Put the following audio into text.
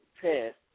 test